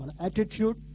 attitude